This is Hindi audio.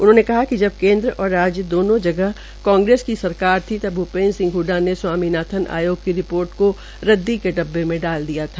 उन्होंने कहा कि जब केन्द्र और राज्य दोनों जगह कांग्रेस की सरकार थी जब भूपेन्द्र सिंह हडडा ने स्वामीनाथन आयोग की रिपोर्ट को रद्दी के डिब्बे में डालना दिया था